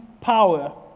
power